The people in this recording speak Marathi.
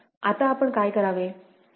आता आपण काय करावे